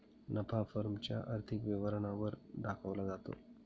नफा फर्म च्या आर्थिक विवरणा वर दाखवला जातो